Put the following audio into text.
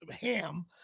ham